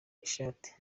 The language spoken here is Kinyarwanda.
ishati